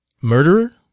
murderer